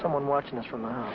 someone watching us from